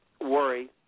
worry